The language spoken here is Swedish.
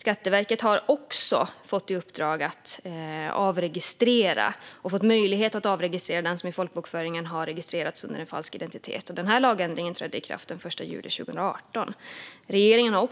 Skatteverket har också fått möjlighet att avregistrera den som i folkbokföringen har registrerats under en falsk identitet. Denna lagändring trädde i kraft den 1 juli 2018. Regeringen har